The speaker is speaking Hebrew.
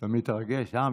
ביותר, אתה מתרגש, אה?